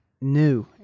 new